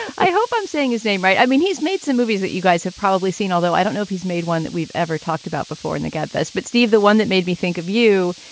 i hope i'm saying his name right. i mean, he's made some movies that you guys have probably seen, although i don't know if he's made one that we've ever talked about before in the gabfests. but steve, the one that made me think of you,